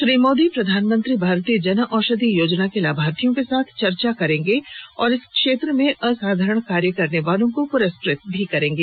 श्री मोदी प्रधानमंत्री भारतीय जन औषधि योजना के लाभार्थियों के साथ चर्चा करेंगे और इस क्षेत्र में असाधारण कार्य करने वालों को पुरस्कृात भी करेंगे